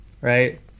right